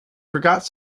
forgot